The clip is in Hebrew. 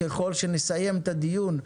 ככל שנסיים את הדיון,